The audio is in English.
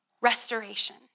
Restoration